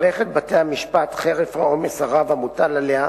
מערכת בתי-המשפט, חרף העומס הרב המוטל עליה,